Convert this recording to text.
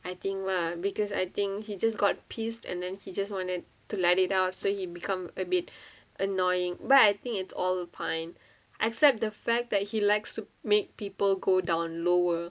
I think lah because I think he just got pissed and then he just wanted to let it out so he become a bit annoying but I think it's all fine except the fact that he likes to make people go down lower